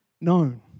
known